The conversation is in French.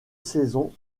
saison